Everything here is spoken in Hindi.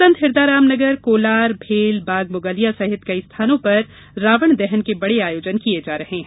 संत हिरदाराम नगर कोलार भेल बाग मुगलिया सहित कई स्थानों पर रावण दहन के बड़े आयोजन किये जा रहे हैं